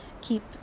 keep